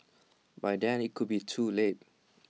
by then IT could be too late